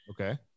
Okay